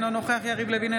אינו נוכח יריב לוין,